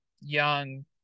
young